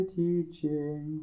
teaching